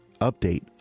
update